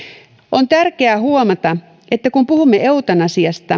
on tärkeää huomata että kun puhumme eutanasiasta